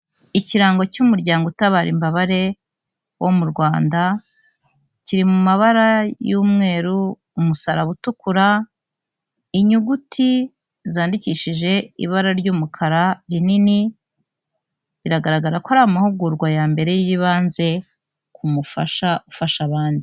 Ikirango cy'umuryango utabara imbabare wo mu Rwanda, kiri mu mabara y'umweru, umusaraba utukura, inyuguti zandikishije ibara ry'umukara rinini, biragaragara ko ari amahugurwa ya mbere y'ibanze ku mufasha ufasha abandi.